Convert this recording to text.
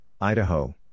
Idaho